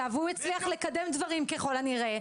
והוא הצליח לקדם דברים ככל הנראה,